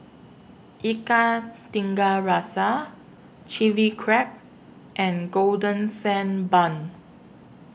Ikan Tiga Rasa Chili Crab and Golden Sand Bun